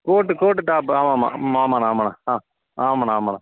கோட்டு coat top ஆமாம் ஆமாம் மா ஆமாண்ணா ஆமாண்ணா ஆ ஆமாண்ணா ஆமாண்ணா